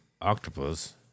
octopus